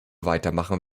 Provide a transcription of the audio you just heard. weitermachen